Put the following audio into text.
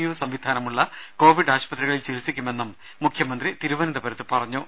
U സംവിധാനമുള്ള Covid ആശുപത്രികളിൽ ചികിത്സിക്കുമെന്നും മുഖ്യമന്ത്രി തിരുവനന്തപുരത്ത് പറഞ്ഞു